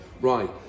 Right